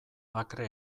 akre